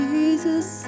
Jesus